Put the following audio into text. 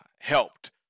helped